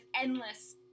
endless